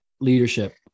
leadership